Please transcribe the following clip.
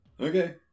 Okay